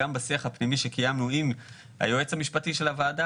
גם בשיח הפנימי שקיימנו עם היועץ המשפטי של הוועדה